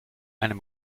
einen